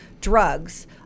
drugs